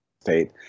state